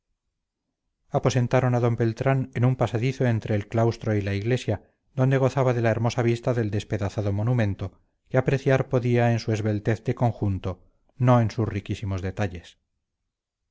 ensoñador aposentaron a d beltrán en un pasadizo entre el claustro y la iglesia donde gozaba de la hermosa vista del despedazado monumento que apreciar podía en su esbeltez de conjunto no en sus riquísimos detalles